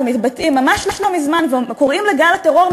מתבטא ממש לא מזמן וקורא לגל הטרור,